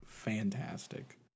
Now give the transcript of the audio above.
fantastic